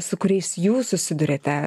su kuriais jūs susiduriate